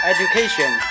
Education